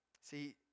See